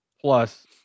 plus